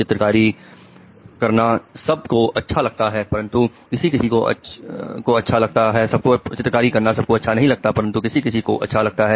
चित्रकारी करनासब को अच्छा नहीं लगता परंतु किसी किसी को अच्छा भी लगता है